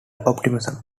optimism